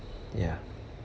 ya